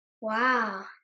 Wow